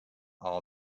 all